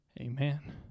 Amen